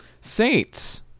Saints